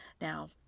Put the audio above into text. Now